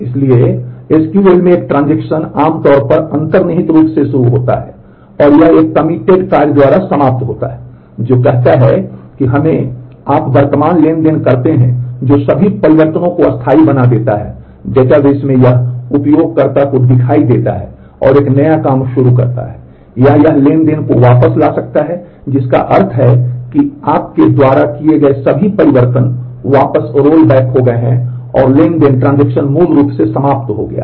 इसलिए एसक्यूएल मूल रूप से समाप्त हो गया है